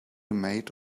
made